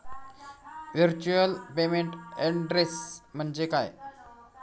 Virtual payment address म्हणजे काय?